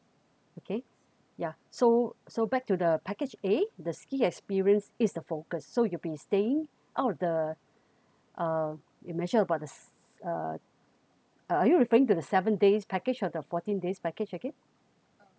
okay ya so so back to the package a the ski experience is the focus so you'll be staying out of the uh you mentioned about this uh are you referring to the seven days package of the fourteen days package again